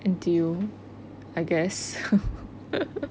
N_T_U I guess